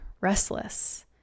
restless